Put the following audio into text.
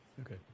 Okay